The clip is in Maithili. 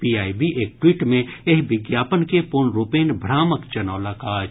पीआईबी एक ट्वीट मे एहि विज्ञापन के पूर्ण रूपेण भ्रामक जनौलक अछि